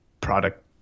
product